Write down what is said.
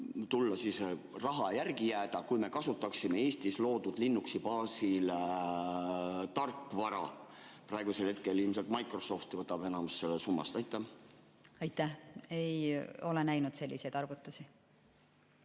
palju võiks raha järgi jääda, kui me kasutaksime Eestis loodud Linuxi baasil tarkvara? Praegusel hetkel ilmselt Microsoft võtab enamuse sellest summast. Aitäh! Ei ole näinud selliseid arvutusi.